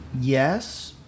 yes –